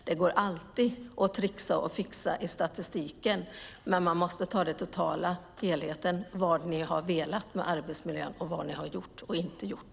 Det går alltid att tricksa och fixa i statistiken, men man måste titta på helheten i fråga om vad ni har velat med arbetsmiljön och i fråga om vad ni har gjort och inte gjort.